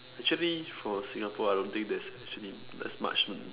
actually for Singapore I don't think there's actually there's much